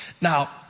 Now